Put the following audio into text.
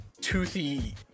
Toothy